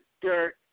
dirt